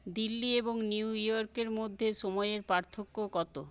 দিল্লি এবং নিউ ইয়র্কের মধ্যে সময়ের পার্থক্য কতো